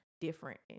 different